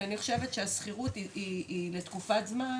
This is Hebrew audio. כי אני חושבת שהשכירות היא לתקופת זמן